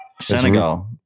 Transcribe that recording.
Senegal